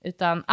Utan